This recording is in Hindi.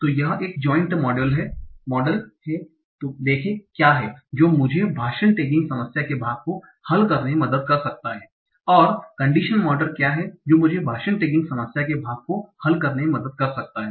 तो एक जाइंट मॉडल क्या है जो मुझे भाषण टैगिंग समस्या के भाग को हल करने में मदद कर सकता है और कंडिशन मॉडल क्या है जो मुझे भाषण टैगिंग समस्या के भाग को हल करने में मदद कर सकता है